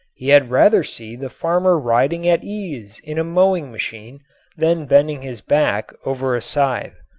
he had rather see the farmer riding at ease in a mowing machine than bending his back over a scythe.